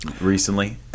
recently